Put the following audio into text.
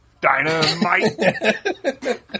Dynamite